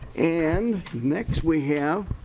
and next we have